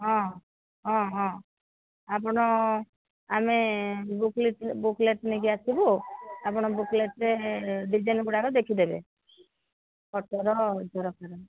ହଁ ହଁ ହଁ ଆପଣ ଆମେ ବୁକ୍ଲେଟ୍ ବୁକ୍ଲେଟ୍ ନେଇକି ଆସିବୁ ଆପଣ ବୁକ୍ଲେଟ୍ରେ ଡିଜାଇନ୍ଗୁଡ଼ାକ ଦେଖି ଦେବେ ଖଟର ଜେରକ୍ସ